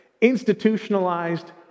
Institutionalized